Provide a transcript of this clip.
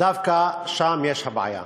דווקא שם יש בעיה,